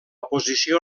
posició